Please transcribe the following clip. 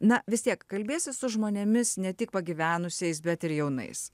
na vis tiek kalbiesi su žmonėmis ne tik pagyvenusiais bet ir jaunais